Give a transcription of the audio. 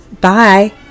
Bye